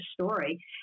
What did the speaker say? story